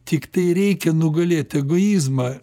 tiktai reikia nugalėt egoizmą